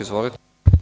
Izvolite.